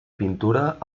pintura